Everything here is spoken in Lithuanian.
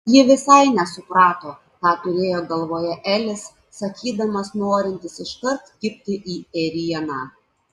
ji visai nesuprato ką turėjo galvoje elis sakydamas norintis iškart kibti į ėrieną